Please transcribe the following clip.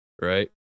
right